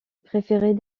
préférait